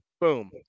Boom